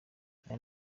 ayo